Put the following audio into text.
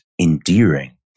endearing